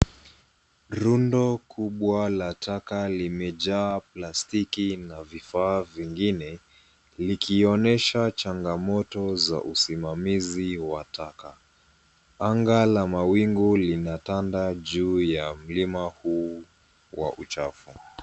Rundo kubwa la taka limejaa plastiki na vifaa vingine likonyesha changamoto za usimamizi la taka. Anga la mawingu linatanda juu ya mlima huu wa uchafu.